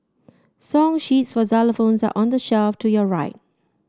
song sheets for xylophones are on the shelf to your right